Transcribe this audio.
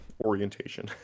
orientation